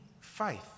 faith